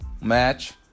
match